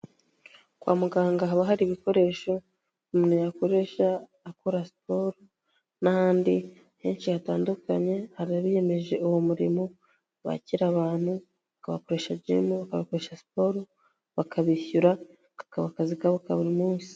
Kwa muganga haba hari ibikoresho umuntu yakoresha akora siporo, n'ahandi henshi hatandukanye, hari abiyemeje uwo murimo bakira abantu, bakoresha jimu, bakabakoresha siporo, bakabishyura, kakaba akazi kabo ka buri munsi.